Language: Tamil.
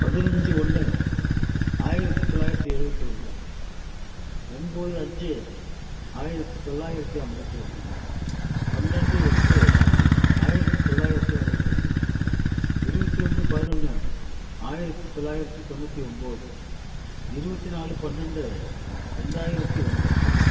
பதினைஞ்சு ஒன்று ஆயிரத்து தொள்ளாயிரத்து எழுபத்தி ஒன்று ஒம்பது அஞ்சு ஆயிரத்து தொள்ளாயிரத்து ஐம்பத்தி ஒன்று பன்னெண்டு எட்டு ஆயிரத்து தொள்ளாயிரத்து அறுபத்தஞ்சு இருபத்தி ஒன்று பதினொன்று ஆயிரத்து தொள்ளாயிரத்து தொண்ணூற்றி ஒம்பது இருபத்தி நாலு பன்னெண்டு ரெண்டாயிரத்து ஒன்று